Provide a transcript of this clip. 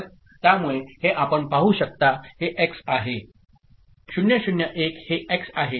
त्यामुळे हे आपण पाहू शकताहेएक्स आहे0 01 हेएक्स आहे